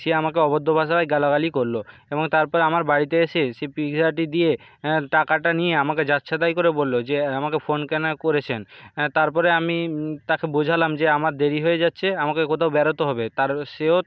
সে আমাকে অভদ্র ভাষায় গালাগালি করলো এবং তারপর আমার বাড়িতে এসে সে পিৎজাটি দিয়ে হ্যাঁ টাকাটা নিয়ে আমাকে যাচ্ছেতাই করে বললো যে আমাকে ফোন কেন করেছেন হ্যাঁ তারপরে আমি তাকে বোঝালাম যে আমার দেরি হয়ে যাচ্ছে আমাকে কোথাও বেরোতে হবে তার সেও